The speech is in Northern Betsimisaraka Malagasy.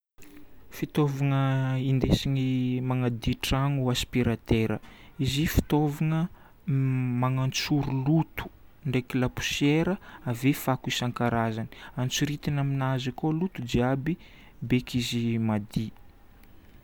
Fitaovagna indesigny manadio tragno inspiratera. Izy io fitaovagna manantsoro loto ndraiky lapoussière ave fako isankarazany. Antsoritiny aminazy akao loto jiaby beky izy madio.